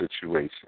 situation